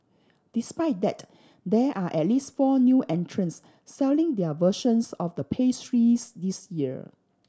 despite that there are at least four new entrants selling their versions of the pastries this year